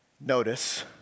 Notice